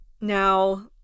now